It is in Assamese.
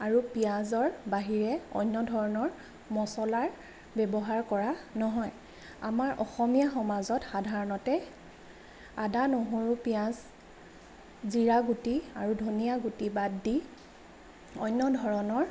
আৰু পিয়াজৰ বাহিৰে অন্য ধৰণৰ মচলাৰ ব্যৱহাৰ কৰা নহয় আমাৰ অসমীয়া সমাজত সাধাৰণতে আদা নহৰু পিয়াজ জিৰা গুটি আৰু ধনীয়া গুটি বাদ দি অন্য ধৰণৰ